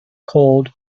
cold